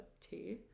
tea